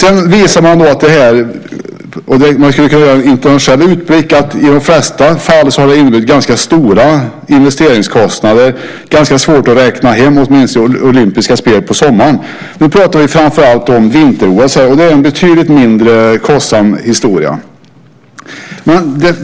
En internationell utblick visar att i de flesta fall har det inneburit ganska stora investeringskostnader. Det har varit ganska svårt att räkna hem åtminstone olympiska spel på sommaren. Nu pratar vi framför allt om vinter-OS. Det är en betydligt mindre kostsam historia.